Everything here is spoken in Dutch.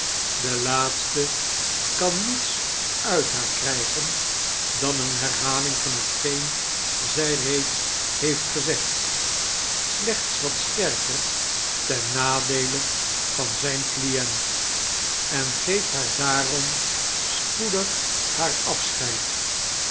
de laatste kan niets uit haar krijgen dan eene herhaling van hetgeen zij reeds heeft gezegd slechts wat sterker ten nadeele van zijn client en geeft haar daarom spoedig haar afscheid